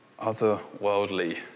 otherworldly